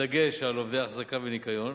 בדגש על עובדי אחזקה וניקיון,